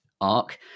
arc